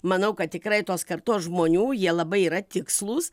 manau kad tikrai tos kartos žmonių jie labai yra tikslus